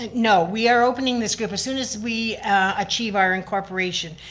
no, we are opening this group as soon as we achieve our incorporation,